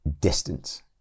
distance